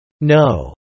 No